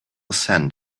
cent